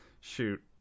shoot